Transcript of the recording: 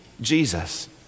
Jesus